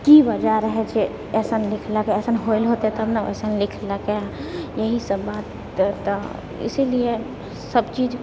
की वजह रहै जे अइसन लिखलकै अइसन होइल होतै तब ने वइसन लिखलकै इएह सब बात तऽ इसीलिए सबचीज